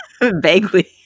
Vaguely